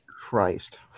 Christ